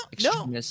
no